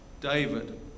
david